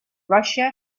russia